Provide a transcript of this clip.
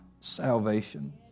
salvation